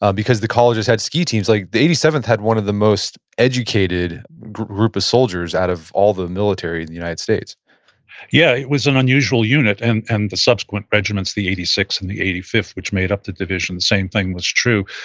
um because the colleges had ski teams, like the eighty seventh had one of the most educated groups of soldiers out of all the military in the united states yeah. it was an unusual unit. and and the subsequent regiments, the eighty sixth and the eighty fifth, which made up the division, same thing was true.